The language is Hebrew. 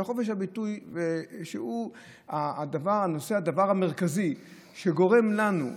חופש הביטוי הוא הדבר המרכזי שגורם לנו,